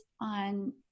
on